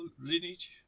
lineage